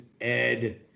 Ed